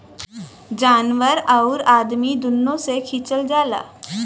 जानवर आउर अदमी दुनो से खिचल जाला